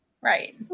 Right